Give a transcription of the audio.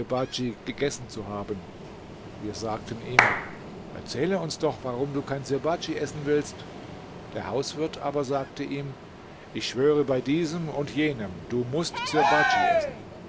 gegessen zu haben wir sagten ihm erzähle uns doch warum du kein sirbadj essen willst der hauswirt aber sagte ihm ich schwöre bei diesem und jenem du mußt sirbadj essen